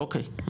אוקי,